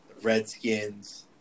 Redskins